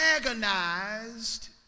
agonized